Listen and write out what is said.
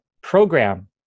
program